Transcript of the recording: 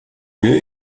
lieu